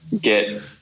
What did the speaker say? get –